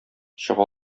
чыга